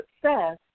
success